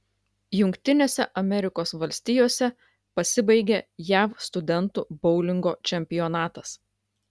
jungtinėse amerikos valstijose pasibaigė jav studentų boulingo čempionatas